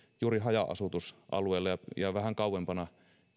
juuri haja asutusalueilla ja ja vähän kauempana